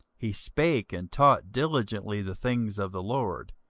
he spake and taught diligently the things of the lord,